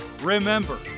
Remember